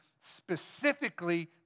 specifically